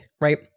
right